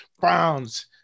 Browns